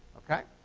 ok?